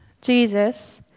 Jesus